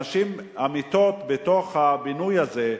המיטות בתוך הבינוי הזה,